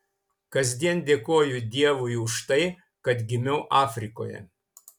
kasdien dėkoju dievui už tai kad gimiau afrikoje